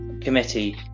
committee